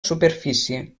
superfície